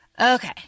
okay